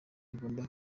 agomba